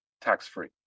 Tax-free